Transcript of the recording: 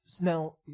now